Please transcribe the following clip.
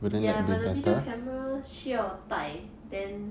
ya but a video camera 需要 then